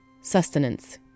sustenance